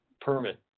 permit